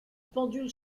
pendule